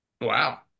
Wow